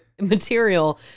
material